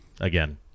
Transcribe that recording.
again